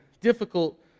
difficult